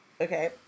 Okay